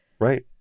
Right